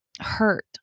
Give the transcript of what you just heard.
hurt